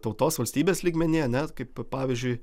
tautos valstybės lygmeny ane kaip pavyzdžiui